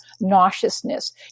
nauseousness